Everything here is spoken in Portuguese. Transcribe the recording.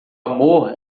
amor